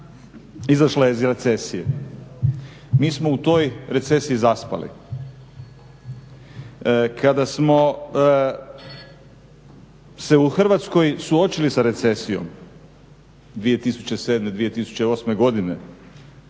izašla je iz recesije. Mi smo u toj recesiji zaspali. Kada smo se u Hrvatskoj suočili sa recesijom 2007., 2008. godine,